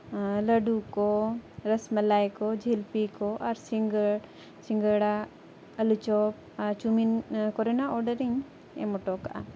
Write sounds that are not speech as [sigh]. ᱞᱟᱹᱰᱩ ᱠᱚ ᱨᱚᱥ ᱢᱟᱞᱟᱭ ᱠᱚ ᱡᱷᱤᱞᱯᱤ ᱠᱚ ᱟᱨ [unintelligible] ᱥᱤᱜᱟᱹᱲᱟ ᱟᱞᱩ ᱪᱚᱯ ᱟᱨ ᱪᱟᱣᱢᱤᱱ ᱠᱚᱨᱮᱱᱟᱜ ᱚᱰᱟᱨᱤᱧ ᱮᱢ ᱦᱚᱴᱚᱣᱟᱠᱟᱜᱼᱟ